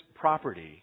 property